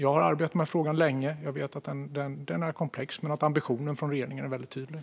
Jag har arbetat med frågan länge, och jag vet att den är komplex - men regeringens ambition är tydlig.